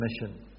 mission